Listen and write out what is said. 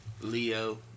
Leo